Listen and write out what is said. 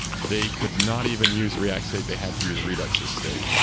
they could not even use react state. they had to use redux as state.